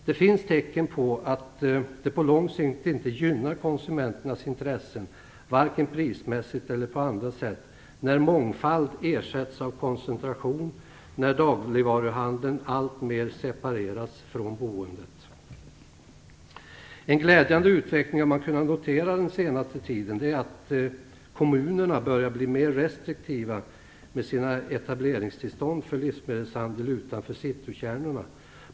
Det finns tecken på att det på lång sikt inte gynnar konsumenternas intressen vare sig prismässigt eller på andra sätt när mångfald ersätts av koncentration och när dagligvaruhandeln alltmer separeras från boendet. En glädjande utveckling som man kunnat notera den senaste tiden är att kommunerna börjat bli mer restriktiva men sina etableringstillstånd för livsmedelshandel utanför citykärnorna.